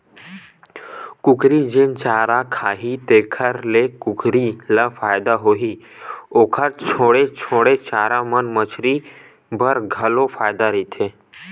कुकरी जेन चारा खाही तेखर ले कुकरी ल फायदा होही, ओखर छोड़े छाड़े चारा मन मछरी बर घलो फायदा करथे